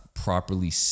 properly